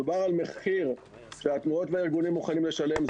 מדובר על מחיר שהתנועות והארגונים מוכנים לשלם .